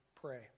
pray